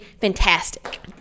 fantastic